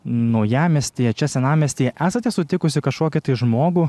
naujamiestyje čia senamiestyje esate sutikusi kažkokį tai žmogų